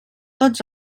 tots